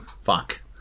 Fuck